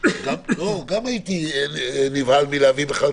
הייתי נבהל בכלל מלהביא.